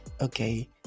Okay